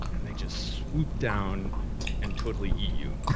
and they just swoop down and totally eat you.